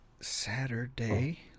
saturday